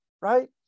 right